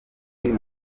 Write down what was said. k’uyu